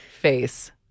Face